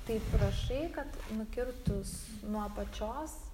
taip rašai kad nukirtus nuo apačios